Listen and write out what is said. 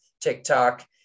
TikTok